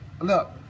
look